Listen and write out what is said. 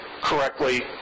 correctly